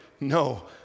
No